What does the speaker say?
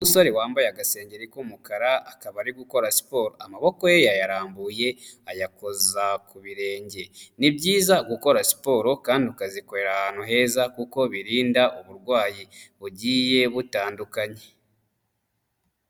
Umusore wambaye agasengengeri k'umukara akaba ari gukora siporo, amaboko ye yayarambuye ayakoza ku birenge, ni byiza gukora siporo kandi ukazikorera ahantu heza kuko birinda uburwayi bugiye butandukanye.